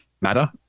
matter